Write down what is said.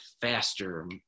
faster